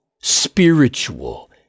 spiritual